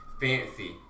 Fancy